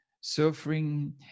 suffering